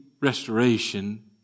restoration